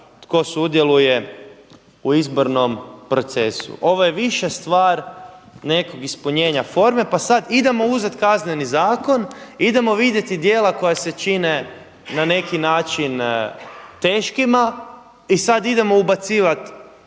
tko sudjeluje u izbornom procesu. Ovo je više stvar nekog ispunjenja forme pa sad idemo uzeti Kazneni zakon, idemo vidjeti djela koja se čine na neki način teškima i sad idemo ubacivati